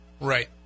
Right